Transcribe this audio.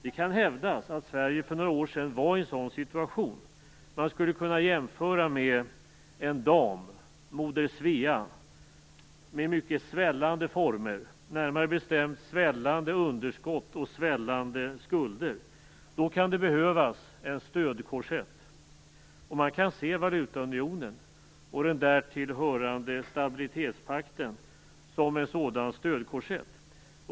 Det kan hävdas att Sverige för några år sedan var i en sådan situation. Man skulle kunna jämföra med en dam, moder Svea, med mycket svällande former, närmare bestämt svällande underskott och svällande skulder. Då kan det behövas en stödkorsett. Man kan se valutaunionen och den därtill hörande stabilitetspakten som en sådan stödkorsett.